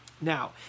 Now